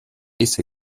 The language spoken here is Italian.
essa